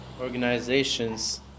organizations